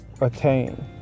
attain